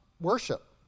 worship